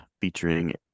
featuring